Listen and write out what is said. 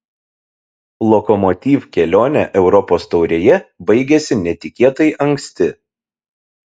lokomotiv kelionė europos taurėje baigėsi netikėtai anksti